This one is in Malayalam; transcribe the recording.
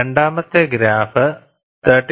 രണ്ടാമത്തെ ഗ്രാഫ് 31